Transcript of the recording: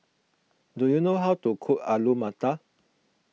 do you know how to cook Alu Matar